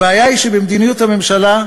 הבעיה היא במדיניות הממשלה,